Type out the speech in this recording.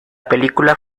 película